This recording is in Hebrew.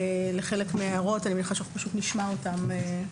לחלק מההערות ואני מציעה שנשמע אותם.